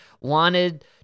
wanted